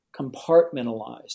compartmentalized